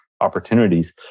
opportunities